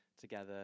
together